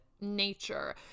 Nature